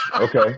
Okay